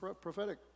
prophetic